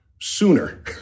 sooner